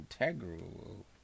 integral